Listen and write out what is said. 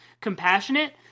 compassionate